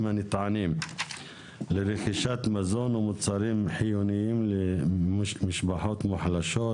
הנטענים לרכישת מזון ומוצרים חיוניים למשפחות מוחלשות,